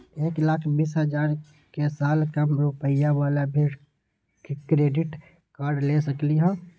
एक लाख बीस हजार के साल कम रुपयावाला भी क्रेडिट कार्ड ले सकली ह?